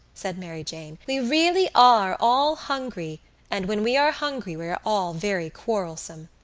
said mary jane, we really are all hungry and when we are hungry we are all very quarrelsome.